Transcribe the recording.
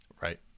Right